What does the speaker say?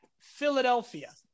Philadelphia